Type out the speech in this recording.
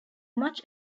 much